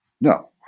No